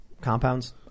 compounds